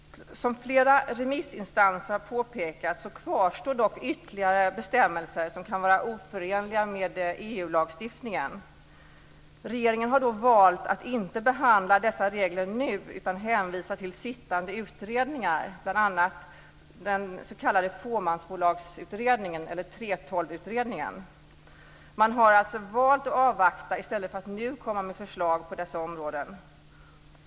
Som flera remissinstanser har påpekat kvarstår dock ytterligare bestämmelser som kan vara oförenliga med EU-lagstiftningen. Regeringen har då valt att inte behandla dessa regler nu utan hänvisar till sittande utredningar, bl.a. den s.k. fåmansbolagsutredningen, 3:12-utredningen. Man har valt att avvakta i stället för att nu komma med förslag på dessa områden.